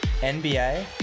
NBA